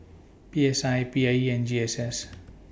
P S I P I E and G S S